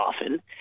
often